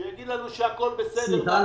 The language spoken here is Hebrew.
שיגיד לנו שהכול בסדר --- סליחה,